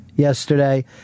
Yesterday